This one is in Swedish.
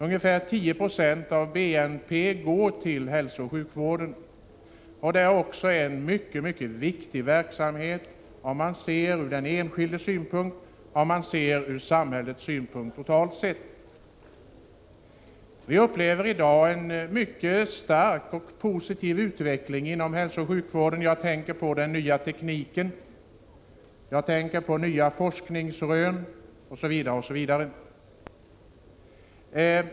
Ungefär 10 96 av BNP går till hälsooch sjukvård. Det är en mycket viktig verksamhet sett både ur enskild synpunkt och ur samhällets synpunkt, totalt sett. Vi upplever i dag en mycket stark och positiv utveckling inom hälsooch sjukvården. Jag tänker på den nya tekniken, på nya forskningsrön osv.